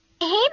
Hey